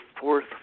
fourth